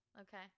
Okay